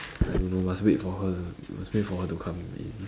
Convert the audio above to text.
I don't know must wait for her must wait for her to come in